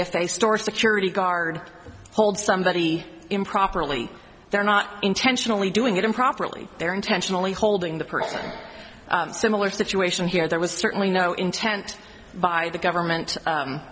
if they store secure the guard hold somebody improperly they're not intentionally doing it improperly they're intentionally holding the person similar situation here there was certainly no intent by the government